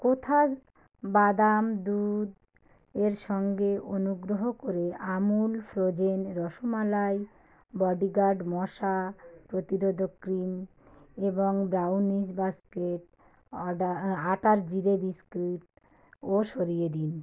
কোথাস বাদাম দুধ এর সঙ্গে অনুগ্রহ করে আমুল ফ্রোজেন রসমালাই বডিগার্ড মশা প্রতিরোধক ক্রিম এবং ব্রাউনিস বাস্কেট অডা আটার জিরে বিস্কুট ও সরিয়ে দিন